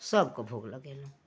सबकेँ भोग लगेलहुँ